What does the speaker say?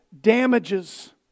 damages